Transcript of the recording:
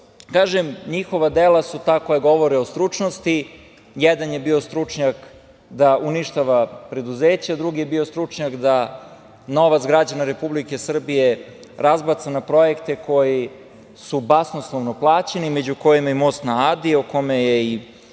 imao. Kažem, njihova dela su ta koja govore o stručnosti. Jedan je bio stručnjak da uništava preduzeća, drugi je bio stručnjak da novac građana Republike Srbije razbaca na projekte koji su basnoslovno plaćeni među kojima je i most na Adi, o kome je i